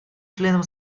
членом